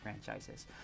franchises